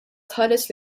tħares